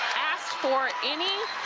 asked for any